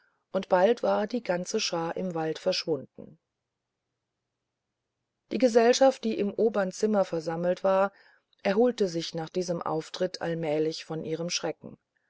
und bald war die ganze schar im walde verschwunden die gesellschaft die im obern zimmer versammelt war erholte sich nach diesem auftritt allmählich von ihrem schrecken